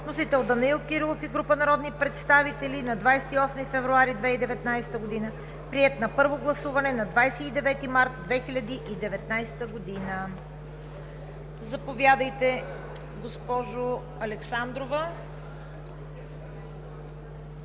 Вносители са Данаил Кирилов и група народни представители на 28 февруари 2019 г. Приет е на първо гласуване на 29 март 2019 г. Заповядайте, госпожо Александрова.